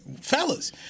Fellas